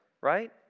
right